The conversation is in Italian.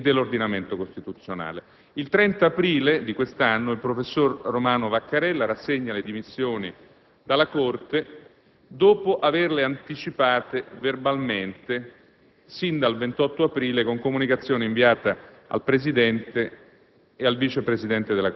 del diritto e dell'ordinamento costituzionale. Il 30 aprile di quest'anno, il professor Romano Vaccarella rassegna le dimissioni dalla Corte, dopo averle anticipate verbalmente sin dal 28 aprile, con comunicazione inviata al Presidente